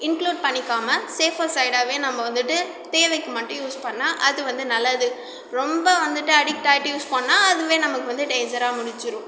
include பண்ணிக்காமல் safer சைடாகவே நம்ப வந்துவிட்டு தேவைக்கு மட்டும் யூஸ் பண்ணால் வந்து நல்லது ரொம்ப வந்துவிட்டு அடிக்ட் ஆயிகிட்டு யூஸ் பண்ணால் அதுவே நமக்கு வந்து டேஞ்சராக முடிஞ்சிவிடும்